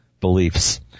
beliefs